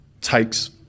takes